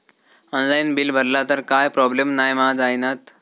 Online bill भरला तर काय प्रोब्लेम नाय मा जाईनत?